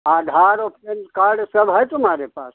आधार और PAN card सब है तुम्हारे पास